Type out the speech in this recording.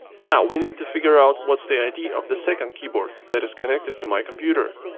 now we need to figure out what's the id of the second keyboard that is connected to my computer.